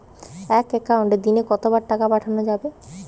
এক একাউন্টে দিনে কতবার টাকা পাঠানো যাবে?